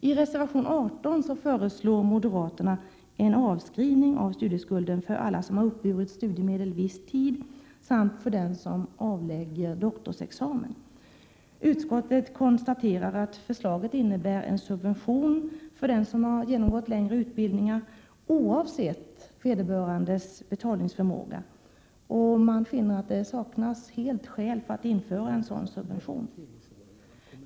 I reservation 18 föreslår moderaterna en avskrivning av studieskulden för alla som uppburit studiemedel viss tid samt för den som avlägger doktorsexamen. Utskottet konstaterar att förslaget innebär en subvention för dem som genomgått längre utbildning, oavsett vederbörandes betalningsförmåga, och utskottet finner att det saknas skäl att införa en sådan subvention.